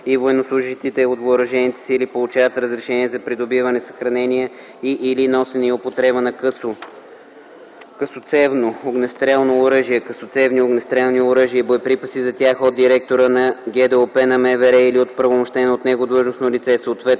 и военнослужещите от въоръжените сили получават разрешение за придобиване, съхранение и/или носене и употреба на късоцевно огнестрелно оръжие/късоцевни огнестрелни оръжия и боеприпаси за тях от директора на ГДОП на МВР или от оправомощено от него длъжностно лице,